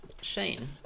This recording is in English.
Shane